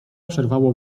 przerwało